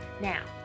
Now